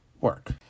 work